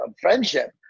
friendship